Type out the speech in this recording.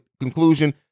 conclusion